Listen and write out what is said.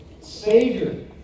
Savior